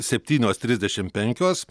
septynios trisdešim penkios